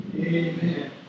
Amen